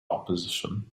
opposition